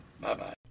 Bye-bye